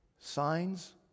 signs